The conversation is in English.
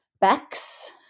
backs